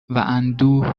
اندوه